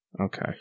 Okay